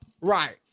Right